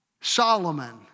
Solomon